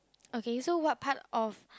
okay so what part of